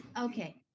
okay